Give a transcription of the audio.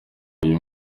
uyu